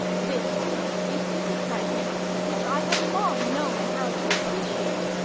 this is a species of writing which i have long known how to appreciate,